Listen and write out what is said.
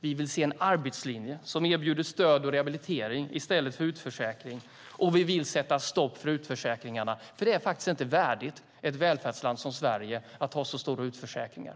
Vi vill se en arbetslinje som erbjuder stöd och rehabilitering i stället för utförsäkring. Och vi vill sätta stopp för utförsäkringarna, för det är inte värdigt ett välfärdsland som Sverige att ha så stora utförsäkringar.